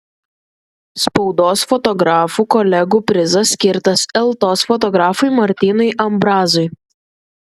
spaudos fotografų kolegų prizas skirtas eltos fotografui martynui ambrazui